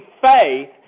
faith